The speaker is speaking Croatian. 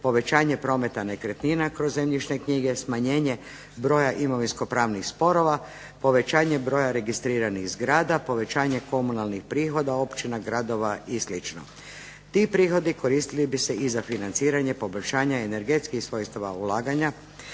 povećanje prometa nekretnina kroz zemljišne knjige, smanjenje broja imovinsko-pravnih sporova, povećanje broja registriranih zgrada, povećanje komunalnih prihoda općina, gradova i slično. Ti prihodi koristili bi se i za financiranje, poboljšanje energetskih svojstava ulaganja